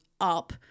up